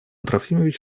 трофимович